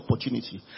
opportunity